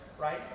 right